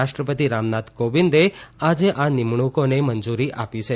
રાષ્ટ્રપતિ રામનાથ કોવિંદે આજે આ નિમણકોને મંજુરી આપી છે